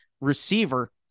receiver